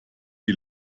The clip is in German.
die